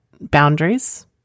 boundaries